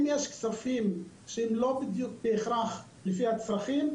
אם יש כספים שהם לא בהכרח לפי הצרכים,